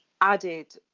added